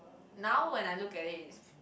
now when I look at it is